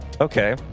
Okay